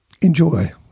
Enjoy